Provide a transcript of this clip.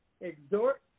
exhort